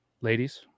ladies